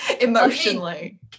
Emotionally